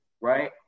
right